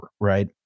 right